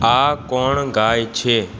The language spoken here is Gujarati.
આ કોણ ગાય છે